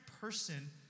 person